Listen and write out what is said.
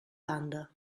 banda